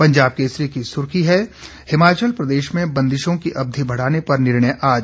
पंजाब केसरी की सुर्खी है हिमाचल प्रदेश में बंदिशों की अवधि बढ़ाने पर निर्णय आज